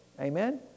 Amen